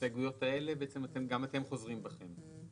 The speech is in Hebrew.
ההסתייגויות האלה, גם את חוזרים בכך.